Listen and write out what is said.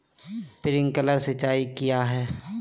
Sprinkler सिंचाई क्या है?